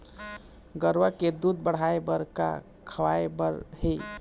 गरवा के दूध बढ़ाये बर का खवाए बर हे?